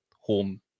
home